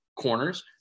corners